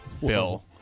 Bill